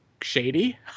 shady